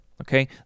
Okay